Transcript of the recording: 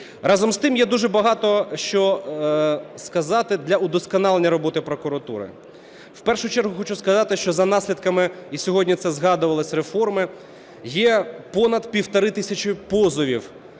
Разом з тим є дуже багато що сказати для удосконалення роботи прокуратури. В першу чергу хочу сказати, що за наслідками, і сьогодні це згадувалось, реформи є понад 1,5 тисячі позовів